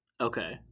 Okay